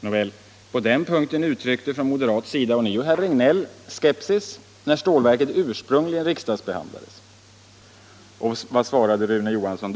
Nåväl, på den punkten uttryckte från moderat sida ånyo herr Regnéll skepsis när stålverket ursprungligen riksdagsbehandlades. Vad svarade då Rune Johansson?